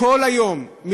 כל היום,